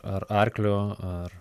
ar arklio ar